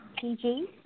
PG